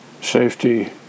safety